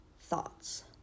thoughts